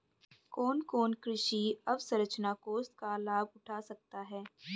कौन कौन कृषि अवसरंचना कोष का लाभ उठा सकता है?